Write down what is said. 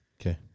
Okay